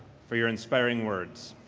for your inspiring words.